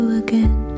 again